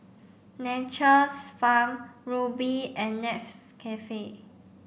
Nature's Farm Rubi and Nescafe